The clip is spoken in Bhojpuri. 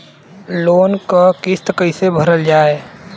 लोन क किस्त कैसे भरल जाए?